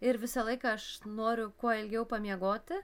ir visą laiką aš noriu kuo ilgiau pamiegoti